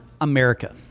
America